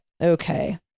Okay